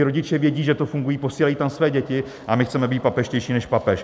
Rodiče vědí, že to funguje, posílají tam své děti, a my chceme být papežštější než papež.